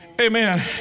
Amen